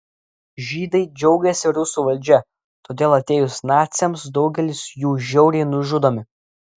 žydai džiaugiasi rusų valdžia todėl atėjus naciams daugelis jų žiauriai nužudomi